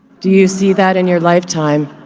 do you see that in your lifetime?